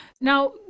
Now